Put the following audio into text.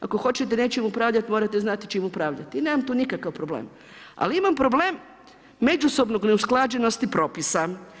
Ako hoćete nečim upravljati morate znati čime upravljate i nemam tu nikakav problem ali imam problem međusobnog neusklađenosti propisa.